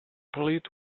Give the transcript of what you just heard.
plead